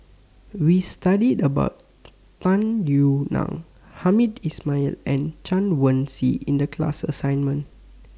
We studied about Tung Yue Nang Hamed Ismail and Chen Wen Hsi in The class assignment